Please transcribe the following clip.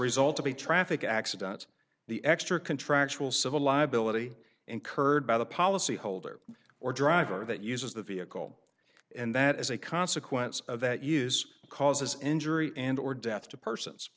result of a traffic accident the extra contractual civil liability incurred by the policy holder or driver that uses the vehicle and that as a consequence of that use causes injury and or death to persons